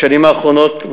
בשנים האחרונות,